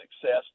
success